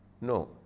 No